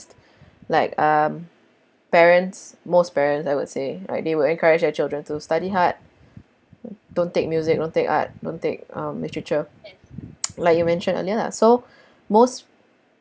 like um parents most parents I would say like they will encourage their children to study hard don't take music don't take art don't take um literature like you mentioned earlier lah so most